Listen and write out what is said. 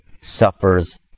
suffers